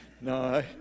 No